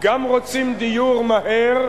גם רוצים דיור מהר,